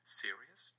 serious